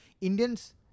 Indians